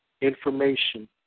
information